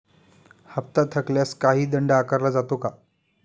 हप्ता थकल्यास काही दंड आकारला जातो का?